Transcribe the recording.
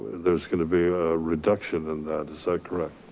there's gonna be a reduction in that, is that correct?